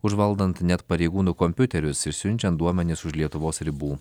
užvaldant net pareigūnų kompiuterius išsiunčiant duomenis už lietuvos ribų